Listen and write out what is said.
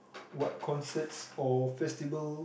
what concerts or festival